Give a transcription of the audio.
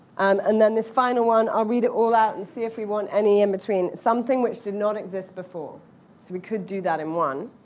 um and then the final one. i'll read it all out and see if we want any in between. something which did not exist before. so we could do that in one.